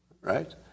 right